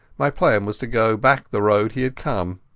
my plan was to go back the road he had come,